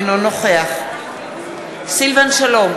אינו נוכח סילבן שלום,